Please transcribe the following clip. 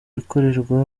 ikorerwa